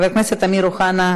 חבר הכנסת אמיר אוחנה,